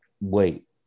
wait